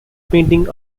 paintings